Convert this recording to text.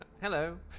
Hello